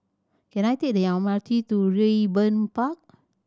can I take the M R T to Raeburn Park